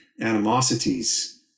animosities